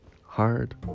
hard